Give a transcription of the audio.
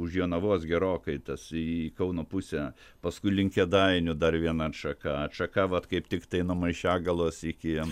už jonavos gerokai tas į kauno pusę paskui link kėdainių dar viena atšaka atšaka vat kaip tiktai nuo maišiagalos iki